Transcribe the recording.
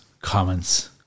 comments